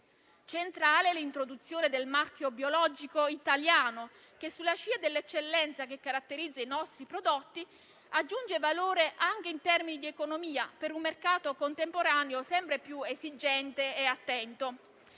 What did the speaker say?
Centrale è l'introduzione del marchio biologico italiano, che, sulla scia dell'eccellenza che caratterizza i nostri prodotti, aggiunge valore anche in termini di economia, per un mercato contemporaneo sempre più esigente e attento.